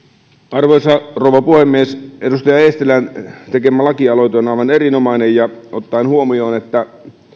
arvoisa rouva puhemies edustaja eestilän tekemä laki aloite on aivan erinomainen ottaen huomioon että